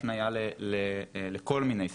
הפניה לכל מיני שפות,